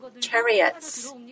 chariots